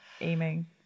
aiming